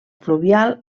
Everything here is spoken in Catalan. fluvial